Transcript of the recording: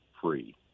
free